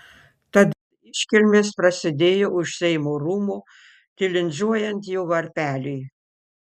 tad iškilmės prasidėjo už seimo rūmų tilindžiuojant jo varpeliui